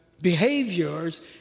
behaviors